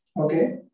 Okay